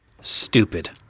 Stupid